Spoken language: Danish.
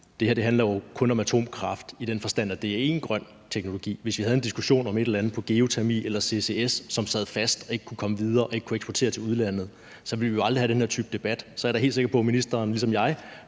jo kun handler om atomkraft i den forstand, at det er én grøn teknologi. Hvis vi havde en diskussion om et eller andet på geotermi eller ccs, som sad fast og ikke kunne komme videre og ikke kunne eksporteres til udlandet, så ville vi jo aldrig have den her type debat. Så jeg er da helt sikker på, at ministeren ligesom jeg